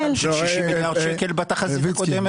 כלכלנית שטעתה בסכום הקטן של 60 מיליארד שקל בתחזית הקודמת.